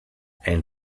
ein